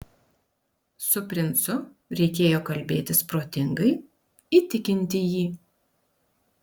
su princu reikėjo kalbėtis protingai įtikinti jį